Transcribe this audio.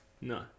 No